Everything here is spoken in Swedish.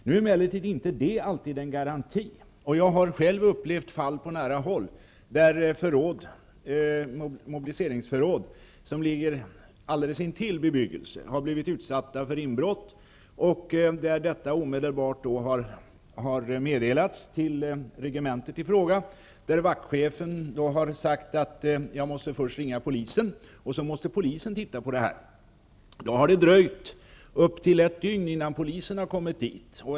Nu är emellertid inte detta alltid en garanti. Jag har själv upplevt fall på nära håll där mobiliseringsförråd som legat alldeles intill bebyggelse har blivit utsatta för inbrott. Detta har omedelbart meddelats till regementet i fråga, där vaktchefen då har sagt: Jag måste först ringa polisen, och sedan måste polisen titta på detta. Det har dröjt upp till ett dygn innan polisen har kommit dit.